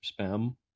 spam